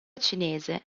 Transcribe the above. cinese